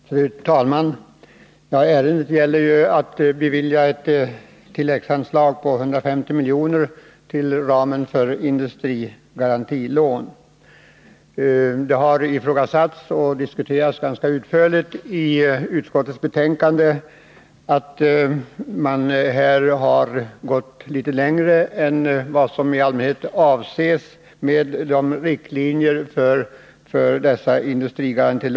Fru talman! Ärendet gäller ett tilläggsanslag på 150 milj.kr. till ramen för industrigarantilån. Det har ifrågasatts och diskuterats ganska utförligt i utskottet att man här har gått litet längre än vad som avses i riktlinjerna för dessa industrigarantilån.